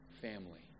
family